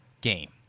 game